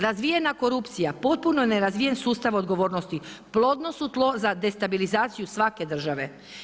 Razvijena korupcija, potpuno ne razvijen sustav odgovornosti, plodno su tlo za destabilizaciju svake države.